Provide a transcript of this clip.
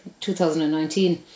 2019